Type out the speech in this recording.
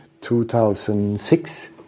2006